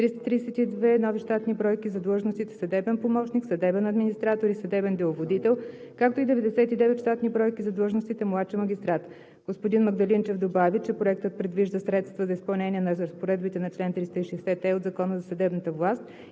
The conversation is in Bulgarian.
332 нови щатни бройки за длъжностите „съдебен помощник“, „системен администратор“ и „съдебен деловодител“, както и 99 щатни бройки за длъжностите – младши магистрат. Господин Магдалинчев добави, че проектът предвижда средства за изпълнение на разпоредбите на чл. 360е от Закона за съдебната власт